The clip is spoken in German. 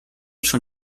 schon